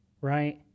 right